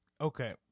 okay